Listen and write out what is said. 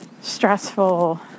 stressful